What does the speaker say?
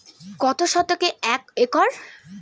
কত শতকে এক একর?